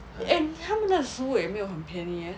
and 他们的食物也没有很便宜 eh